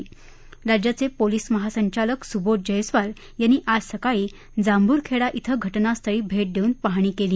दरम्यान राज्याचे पोलिस महासंचालक सुबोध जयस्वाल यांनी आज सकाळी जांभूरखेडा येथील घटनास्थळी भेट देऊन पाहणी केली